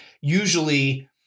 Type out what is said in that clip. usually